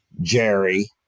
Jerry